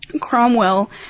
Cromwell